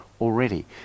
already